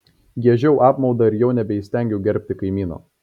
giežiau apmaudą ir jau nebeįstengiau gerbti kaimyno